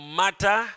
matter